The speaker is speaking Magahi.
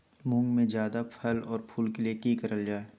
मुंग में जायदा फूल और फल के लिए की करल जाय?